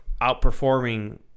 outperforming